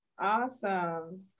Awesome